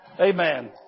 Amen